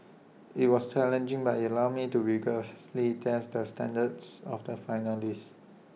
IT was challenging but IT allowed me to rigorously test the standards of the finalist